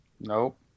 Nope